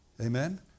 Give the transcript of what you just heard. Amen